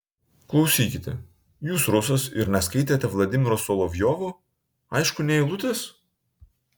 klausykite jūs rusas ir neskaitėte vladimiro solovjovo aišku nė eilutės